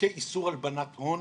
חוקי איסור הלבנת הון